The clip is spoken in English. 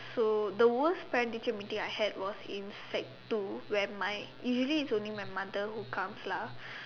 so the worst parent teacher meeting I had was in sec two when my usually is only my mother who comes lah